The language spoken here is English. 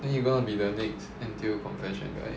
then you gonna be the next until confession right